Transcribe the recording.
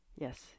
Yes